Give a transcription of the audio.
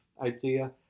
idea